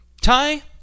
Ty